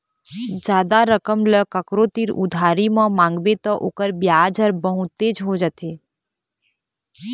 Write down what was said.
जादा रकम ल कखरो तीर उधारी म मांगबे त ओखर बियाज ह बहुतेच हो जाथे